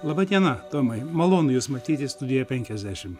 laba diena tomai malonu jus matyti studijoj penkiasdešim